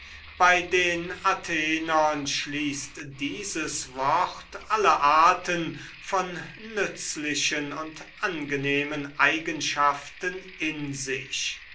bei den atheniensern schließt dieses wort alle arten von nützlichen und angenehmen eigenschaften in sich